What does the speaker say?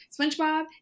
SpongeBob